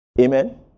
Amen